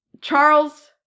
Charles